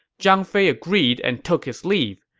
zhang fei agreed and took his leave.